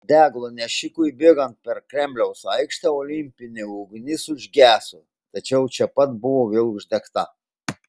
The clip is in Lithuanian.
deglo nešikui bėgant per kremliaus aikštę olimpinė ugnis užgeso tačiau čia pat buvo vėl uždegta